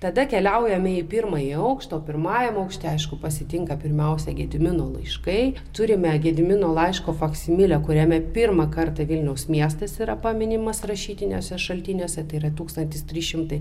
tada keliaujame į pirmąjį aukštą pirmajam aukšte aišku pasitinka pirmiausia gedimino laiškai turime gedimino laiško faksimilė kuriame pirmą kartą vilniaus miestas yra paminimas rašytiniuose šaltiniuose tai yra tūkstantis trys šimtai